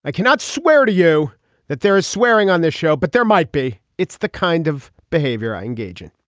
i cannot swear to you that there is swearing on this show but there might be. it's the kind of behavior i engage in